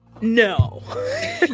No